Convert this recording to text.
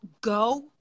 go